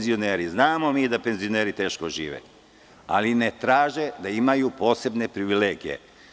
Znamo mi da penzioneri teško žive, ali ne traže da imaju posebne privilegije.